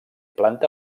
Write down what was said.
planta